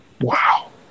Wow